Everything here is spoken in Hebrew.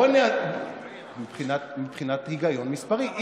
מבחינת היגיון מספרי.